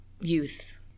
youth